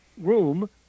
room